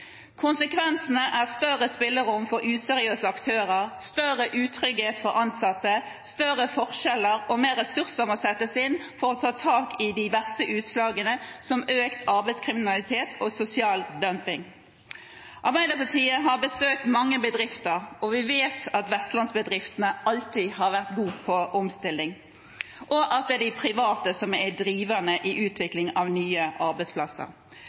Konsekvensene er større spillerom for useriøse aktører, større utrygghet for ansatte og større forskjeller, og mer ressurser må settes inn for å ta tak i de verste utslagene, som økt arbeidskriminalitet og sosial dumping. Arbeiderpartiet har besøkt mange bedrifter, og vi vet at vestlandsbedriftene alltid har vært gode på omstilling, og at det er de private som er driverne i utvikling av nye arbeidsplasser.